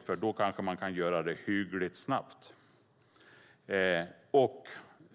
för då kanske det kan ske hyggligt snabbt.